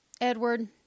edward